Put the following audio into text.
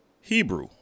Hebrew